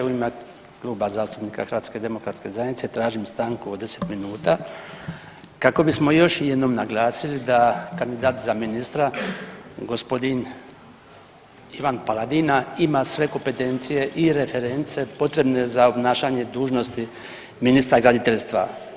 U ime Kluba zastupnika HDZ-a tražim stanku od 10 minuta kako bismo još jednom naglasili da kandidat za ministra gospodin Ivan Paladina ima sve kompetencije i reference potrebne za obnašanje dužnosti ministra graditeljstva.